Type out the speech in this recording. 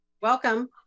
welcome